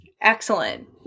Excellent